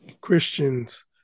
Christians